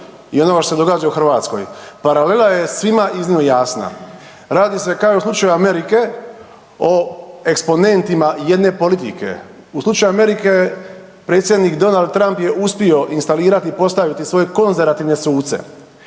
i onoga što se događa u Hrvatskoj. Paralela je svima iznimno jasna, radi se kao i u slučaju Amerike o eksponentima jedne politike. U slučaju Amerike predsjednik Donald Trump je uspio instalirati i postaviti svoje konzervativne suce.